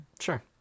Sure